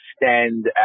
extend